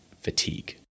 fatigue